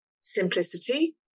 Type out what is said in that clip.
simplicity